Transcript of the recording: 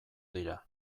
dira